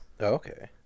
Okay